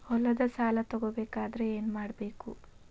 ಹೊಲದ ಸಾಲ ತಗೋಬೇಕಾದ್ರೆ ಏನ್ಮಾಡಬೇಕು?